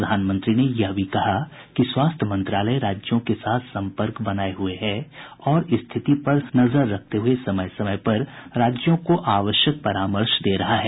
प्रधानमंत्री ने यह भी कहा कि स्वास्थ्य मंत्रालय राज्यों के साथ सम्पर्क बनाए हुए है और स्थिति पर सतर्कतापूर्ण नजर रखते हुए समय समय पर राज्यों को आवश्यक परामर्श दे रहा है